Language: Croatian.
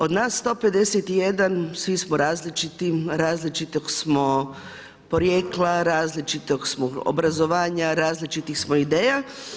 Od nas 151 svi smo različiti, različitog smo porijekla, različitog smo obrazovanja, različitih smo ideja.